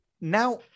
now